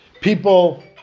people